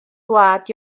gwlad